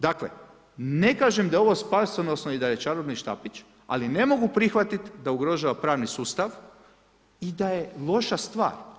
Dakle, ne kažem da je ovo spasonosno i da je čarobni štapić, ali ne mogu prihvatit da ugrožava pravni sustav i da je loša stvar.